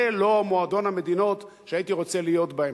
זה לא מועדון המדינות שהייתי רוצה להיות בהן.